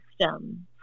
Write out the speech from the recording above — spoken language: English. system